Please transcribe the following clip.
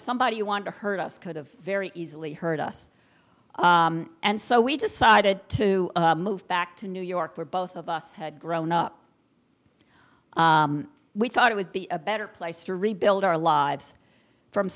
somebody you want to hurt us could have very easily hurt us and so we decided to move back to new york where both of us had grown up we thought it would be a better place to rebuild our lives from